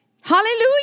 Hallelujah